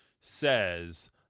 says